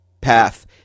path